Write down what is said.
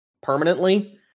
permanently